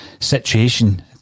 situation